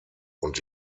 und